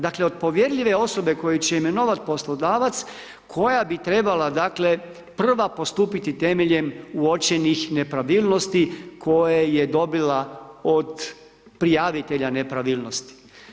Dakle, od povjerljive osobe koju će imenovat poslodavac, koja bi trebala, dakle, prva postupiti temeljem uočenih nepravilnosti koje je dobila od prijavitelja nepravilnosti.